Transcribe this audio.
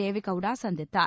தேவ கவுடா சந்தித்தார்